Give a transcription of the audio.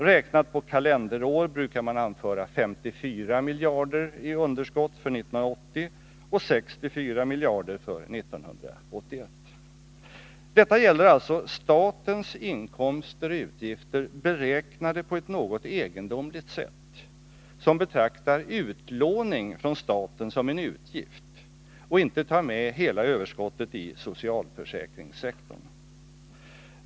Räknat på kalenderår brukar man anföra 54 miljarder kronor i underskott för 1980 och 64 miljarder kronor för 1981. Detta gäller alltså statens inkomster och utgifter beräknade på ett något egendomligt sätt, som betraktar utlåning som en utgift och inte tar med hela överskottet i socialförsäkringssektorn.